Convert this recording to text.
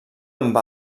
amb